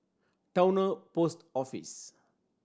Towner Post Office